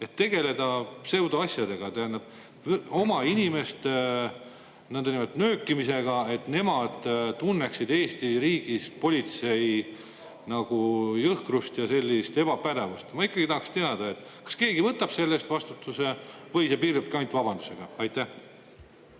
et tegeleda pseudoasjadega, oma inimeste nöökimisega, et nemad tunneksid Eesti riigis politsei jõhkrust ja sellist ebapädevust. Ma ikkagi tahaks teada, kas keegi võtab selle eest vastutuse või see piirdubki ainult vabandusega. Aitäh,